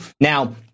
Now